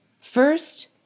First